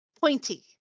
pointy